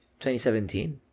2017